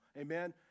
Amen